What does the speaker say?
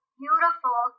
beautiful